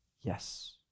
yes